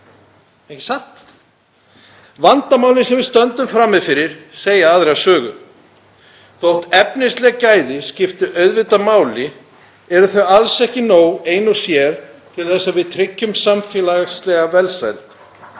ekki satt? Vandamálin sem við stöndum frammi fyrir segja aðra sögu. Þótt efnisleg gæði skipti auðvitað máli eru þau alls ekki nóg ein og sér til þess að við tryggjum samfélagslega velsæld.